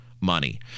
money